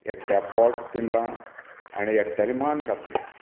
एकट्या पोट पिंजलां आनी एकट्याली मान कापल्या